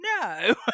no